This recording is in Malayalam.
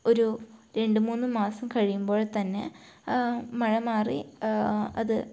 ഒരു രണ്ട് മൂന്ന് മാസം കഴിയുമ്പോൾ തന്നെ മഴ മാറി അത്